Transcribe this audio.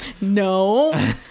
No